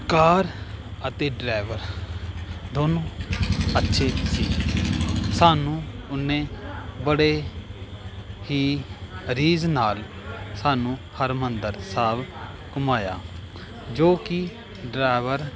ਕਾਰ ਅਤੇ ਡਰਾਈਵਰ ਦੋਨੋ ਅੱਛੇ ਸੀ ਸਾਨੂੰ ਉਹਨੇ ਬੜੇ ਹੀ ਰੀਝ ਨਾਲ ਸਾਨੂੰ ਹਰਿਮੰਦਰ ਸਾਹਿਬ ਘੁੰਮਾਇਆ ਜੋ ਕਿ ਡਰਾਈਵਰ